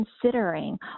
considering